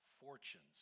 fortunes